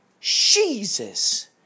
Jesus